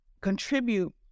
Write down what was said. contribute